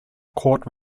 court